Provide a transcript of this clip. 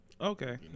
Okay